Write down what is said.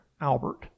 Albert